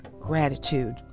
gratitude